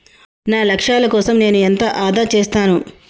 నా లక్ష్యాల కోసం నేను ఎంత ఆదా చేస్తాను?